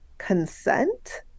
consent